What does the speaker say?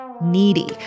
Needy